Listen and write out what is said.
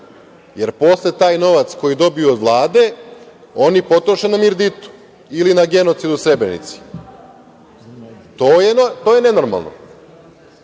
jer posle taj novac koji dobiju od Vlade, oni potroše na Mirditu ili na genocid u Srebrenici. To je nenormalno. Hajde